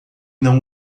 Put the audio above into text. não